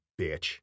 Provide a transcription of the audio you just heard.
bitch